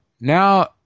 now